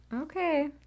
Okay